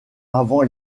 avant